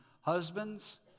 Husbands